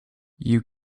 you